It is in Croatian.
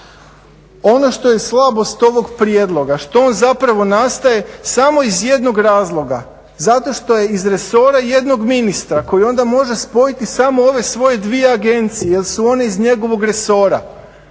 Ono što je slabost ovog prijedloga, što on zapravo nastaje samo iz jednog razloga zato što je iz resora jednog ministra koji onda može spojiti samo ove svoje dvije agencije jer su one iz njegovog resora,